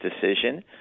decision